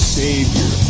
savior